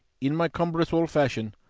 in my cumbrous old fashion,